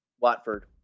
Watford